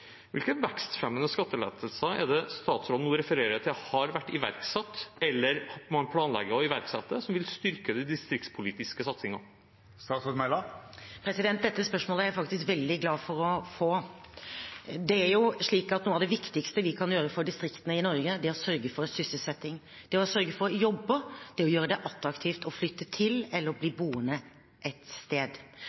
Hvilke vekstfremmende skattelettelser er det, som statsråden nå refererer til har vært iverksatt, eller man planlegger å iverksette, som vil styrke de distriktspolitiske satsingene? Dette spørsmålet er jeg faktisk veldig glad for å få. Det er slik at noe av det viktigste vi kan gjøre for distriktene i Norge, er å sørge for sysselsetting. Det er å sørge for jobber, og det er å gjøre det attraktivt å flytte til eller bli boende ett sted. Det jeg ser i Arbeiderpartiets budsjettforslag, er et